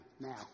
now